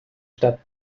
stadt